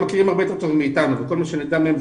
הם מכירים הרבה יותר מאתנו וכל מה שנדע מהן,